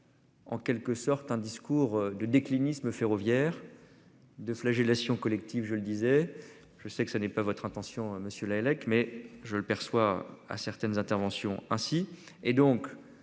En quelque sorte un discours de déclinisme ferroviaire. De flagellation collective, je le disais, je sais que ça n'est pas votre intention à monsieur Lahellec, mais je le perçois à certaines interventions ainsi